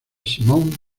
simon